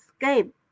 escape